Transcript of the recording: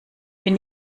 bin